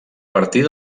partir